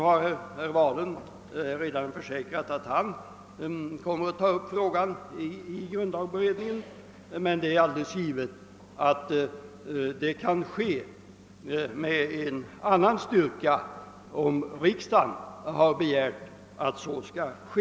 Herr Wahlund har försäkrat att han kommer att ta upp frågan i grundlagberedningen, men det är alldeles givet att frågan kan behandlas där med en helt annan styrka om riksdagen har begärt att så skall ske.